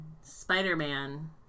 Spider-Man